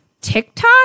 tiktok